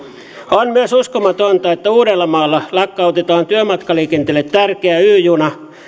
on myös uskomatonta että uudellamaalla lakkautetaan työmatkaliikenteelle tärkeä y juna